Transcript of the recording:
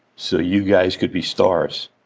so you guys could be stars